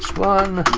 one,